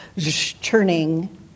churning